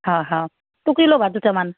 হা হা টুকুৰি ল'বা দুটামান